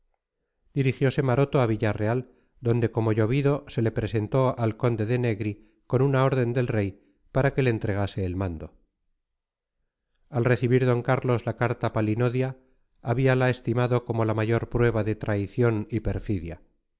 dirigiose maroto a villarreal donde como llovido se le presentó al conde de negri con una orden del rey para que le entregase el mando al recibir d carlos la carta palinodia habíala estimado como la mayor prueba de traición y perfidia